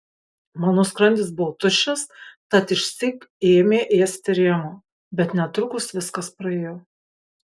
mano skrandis buvo tuščias tad išsyk ėmė ėsti rėmuo bet netrukus viskas praėjo